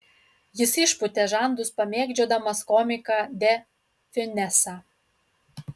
jis išpūtė žandus pamėgdžiodamas komiką de fiunesą